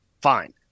Fine